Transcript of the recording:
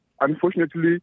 Unfortunately